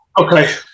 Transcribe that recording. Okay